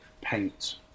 paint